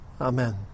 Amen